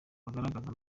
bagaragazaga